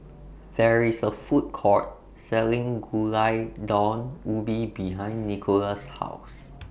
There IS A Food Court Selling Gulai Daun Ubi behind Nicolas' House